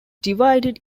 divided